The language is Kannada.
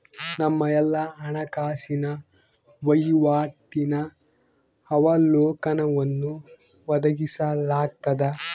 ನಮ್ಮ ಎಲ್ಲಾ ಹಣಕಾಸಿನ ವಹಿವಾಟಿನ ಅವಲೋಕನವನ್ನು ಒದಗಿಸಲಾಗ್ತದ